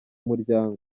muryango